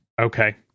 okay